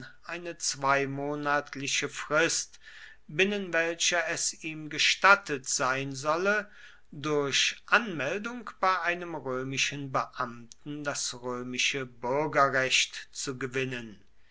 eine zweimonatliche frist binnen welcher es ihm gestattet sein solle durch anmeldung bei einem römischen beamten das römische bürgerrecht zu gewinnen